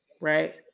right